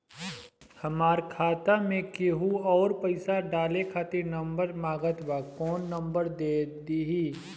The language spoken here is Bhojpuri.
हमार खाता मे केहु आउर पैसा डाले खातिर नंबर मांगत् बा कौन नंबर दे दिही?